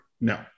No